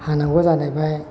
हानांगौ जालायबाय